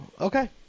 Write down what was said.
Okay